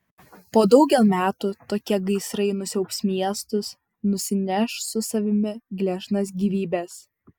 po daugel metų tokie gaisrai nusiaubs miestus nusineš su savimi gležnas gyvybes